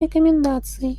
рекомендаций